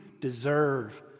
deserve